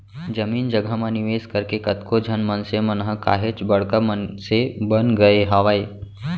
जमीन जघा म निवेस करके कतको झन मनसे मन ह काहेच बड़का मनसे बन गय हावय